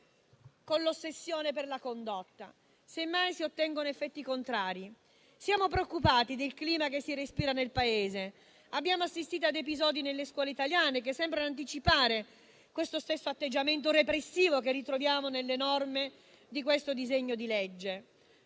con l'ossessione per la condotta; semmai si ottengono gli effetti contrari. Siamo preoccupati per il clima che si respira nel Paese; abbiamo assistito ad episodi nelle scuole italiane che sembrano anticipare lo stesso atteggiamento repressivo che ritroviamo nelle norme di questo disegno di legge.